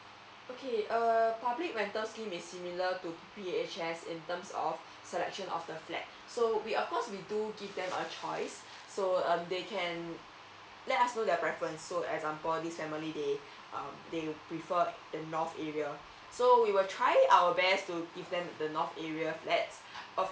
okay uh public rental scheme is similar to p p h s in terms of selection of the flat so we of course we do give them a choice so uh they can let us know their preference so example this family they uh they prefer the north area so we will try our best to give them the north area let's uh